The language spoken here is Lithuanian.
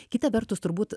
kita vertus turbūt